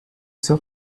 seu